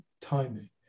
timing